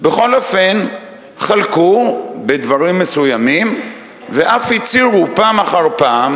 בכל אופן חלקו בדברים מסוימים ואף הצהירו פעם אחר פעם